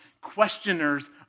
Questioners